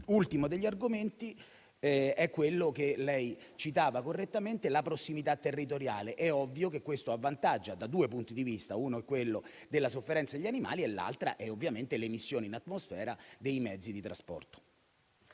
L'ultimo degli argomenti è quello che lei citava correttamente, e cioè la prossimità territoriale. È ovvio che questo determina vantaggi da due punti di vista: quello della sofferenza degli animali e quello delle emissioni in atmosfera dei mezzi di trasporto.